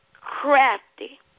crafty